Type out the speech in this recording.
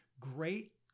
great